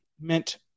meant